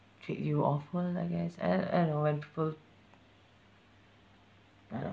treat you awful I guess I I don't know when people I don't